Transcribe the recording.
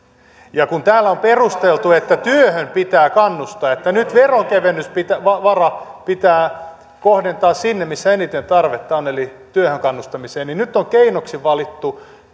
kun täällä on perusteltu että työhön pitää kannustaa että nyt veronkevennysvara pitää kohdentaa sinne missä eniten tarvetta on eli työhön kannustamiseen niin nyt on keinoksi valittu